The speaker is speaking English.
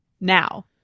now